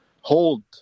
hold